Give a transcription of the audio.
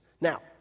Now